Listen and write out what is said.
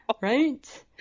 Right